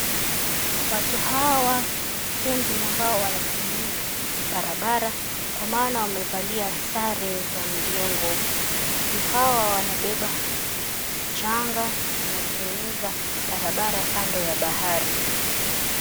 Watu Hawa ni fundi ambao wanatengeneza barabara kwa maana wamevalia sare za mjengo watu Hawa wanabeba mchanga na wanatengeneza barabara kando ya bahari.